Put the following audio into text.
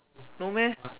no meh